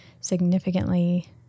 significantly